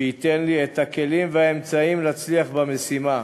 שייתן לי את הכלים והאמצעים להצליח במשימה.